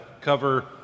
cover